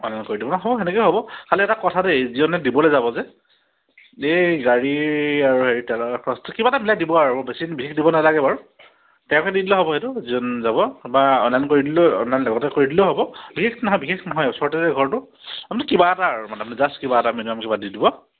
online কৰি দিব নহ'ব সেনেকৈ হ'ব খালী এটা কথাতে যিজনে দিবলৈ যাব যে এই গাড়ীৰ আৰু হেৰি তেলৰ খৰচতো কিবা এটা মিলাই দিব আৰু বেছি বিশেষ দিব নালাগে বাৰু তেওঁকে দি দিলে হ'ব সেইটো যিজন যাব বা অনলাইন কৰি দিলেও অনলাইন লগতে কৰি দিলেও হ'ব বিশেষ নহয় বিশেষ নহয় ওচৰতে যে ঘৰটো আমনি কিবা এটা আৰু মানে আৰু জাষ্ট কিবা এটা মিনিমাম কিবা দি দিব